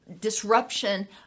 disruption